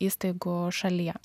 įstaigų šalyje